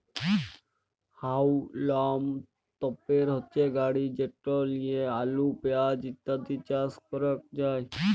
হাউলম তপের হচ্যে গাড়ি যেট লিয়ে আলু, পেঁয়াজ ইত্যাদি চাস ক্যরাক যায়